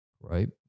right